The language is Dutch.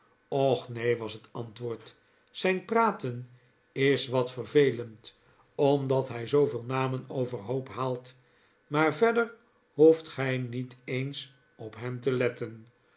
och neen was het antwoord zijn praten is wat vervelend omdat hij zooveel namen overhoop haalt maar verder hoeft gij niet eens op hem te letten